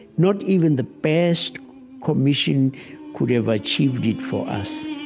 not even the best commission could have achieved it for us